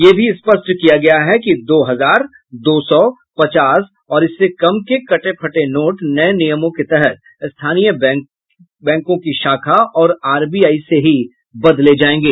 ये भी स्पष्ट किया गया है कि दो हजार दो सौ पचास और इससे कम के कटे फटे नोट नये नियमों के तहत स्थानीय बैंकों की शाखा और आरबीआई से ही बदले जायेंगे